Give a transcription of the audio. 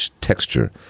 texture